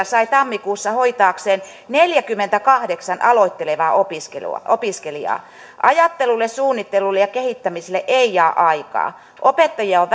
sai tammikuussa hoitaakseen neljäkymmentäkahdeksan aloittelevaa opiskelijaa ajattelulle suunnittelulle ja kehittämiselle ei jää aikaa opettajia on